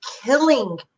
killing